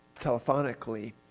telephonically